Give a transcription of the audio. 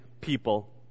people